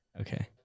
Okay